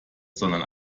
sondern